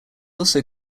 also